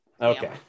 Okay